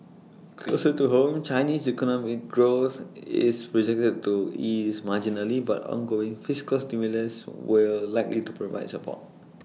closer to home China's economic growth is projected to ease marginally but ongoing fiscal stimulus will likely to provide support